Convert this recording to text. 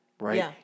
right